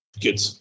Good